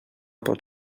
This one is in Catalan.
pot